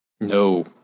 No